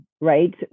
Right